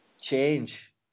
Change